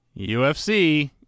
UFC